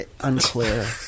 Unclear